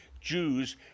Jews